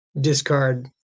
discard